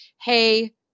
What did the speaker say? Hey